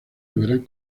deberán